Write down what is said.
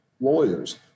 lawyers